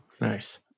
nice